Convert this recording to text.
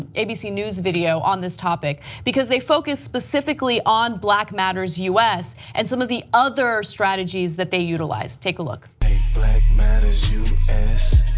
and abc news video on this topic because they focus specifically on black matters us and some of the other strategies that they utilized. take a look. black matters us.